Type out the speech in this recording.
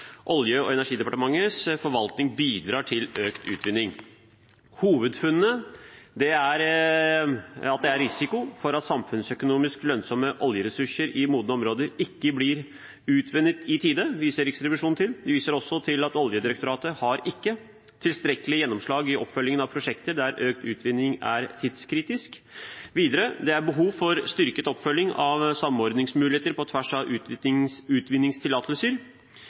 Olje- og energidepartementets forvaltning bidrar til økt utvinning. Hovedfunnene til Riksrevisjonen er: Det er risiko for at samfunnsøkonomisk lønnsomme oljeressurser i modne områder ikke blir utvunnet i tide. Oljedirektoratet har ikke tilstrekkelig gjennomslag i oppfølgingen av prosjekter der økt utvinning er tidskritisk. Det er behov for styrket oppfølging av samordningsmuligheter på tvers av utvinningstillatelser.